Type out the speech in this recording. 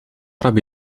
robi